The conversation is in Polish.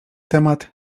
temat